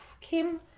Kim